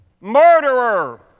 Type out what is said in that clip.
Murderer